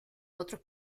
otros